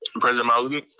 president malauulu?